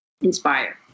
inspire